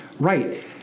right